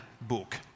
book